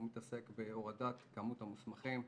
הוא מתעסק בהורדת כמות המוסמכים.